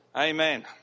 Amen